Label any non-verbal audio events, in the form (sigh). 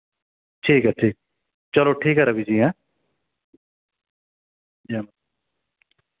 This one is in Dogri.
ठीक ऐ ठीक चलो ठीक ऐ रवि जी हैं (unintelligible)